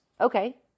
Okay